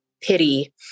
pity